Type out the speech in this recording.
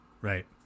Right